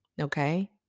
okay